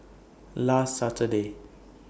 last Saturday